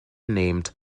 named